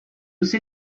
see